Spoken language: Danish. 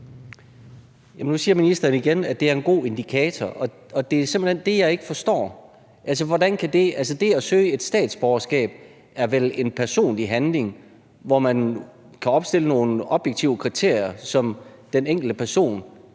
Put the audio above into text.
Nu siger ministeren igen, at det er en god indikator, og det er simpelt hen det, jeg ikke forstår. Altså, det at søge et statsborgerskab er vel en personlig handling, hvor man kan opstille nogle objektive kriterier, som den enkelte person